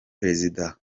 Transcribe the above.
perezida